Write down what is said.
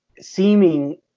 seeming